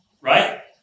right